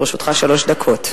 לרשותך שלוש דקות.